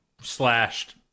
slashed